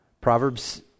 Proverbs